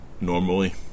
normally